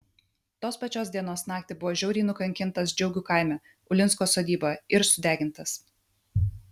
tos pačios dienos naktį buvo žiauriai nukankintas džiaugių kaime ulinsko sodyboje ir sudegintas